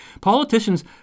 Politicians